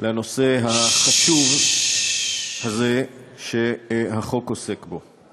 לנושא החשוב הזה שהחוק עוסק בו.